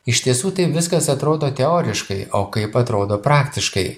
iš tiesų tai viskas atrodo teoriškai o kaip atrodo praktiškai